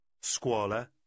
Scuola